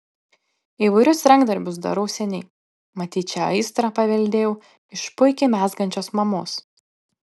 įvairius rankdarbius darau seniai matyt šią aistrą paveldėjau iš puikiai mezgančios mamos